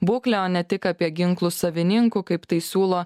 būklę o ne tik apie ginklų savininkų kaip tai siūlo